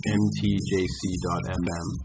mtjc.mm